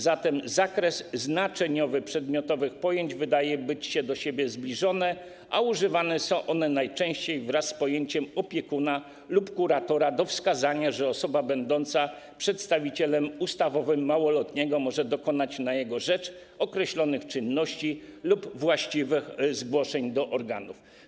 Zatem zakres znaczeniowy przedmiotowych pojęć wydaje się być do siebie zbliżony, a używane są one najczęściej wraz z pojęciem „opiekuna lub kuratora” do wskazania, że osoba będąca przedstawicielem ustawowym małoletniego może dokonać na jego rzecz określonych czynności lub właściwych zgłoszeń do organów.